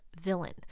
villain